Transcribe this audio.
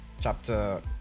chapter